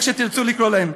איך שתרצו לקרוא להם,